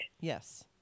Yes